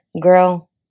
Girl